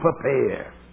prepare